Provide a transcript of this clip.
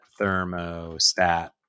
thermostat